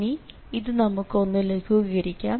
ഇനി ഇത് നമുക്ക് ഒന്ന് ലഘൂകരിക്കാം